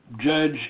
judge